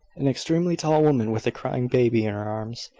an extremely tall woman, with a crying baby in her arms,